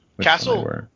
Castle